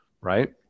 right